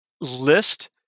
list